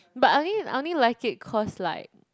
but I only I only like it cause like